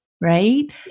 Right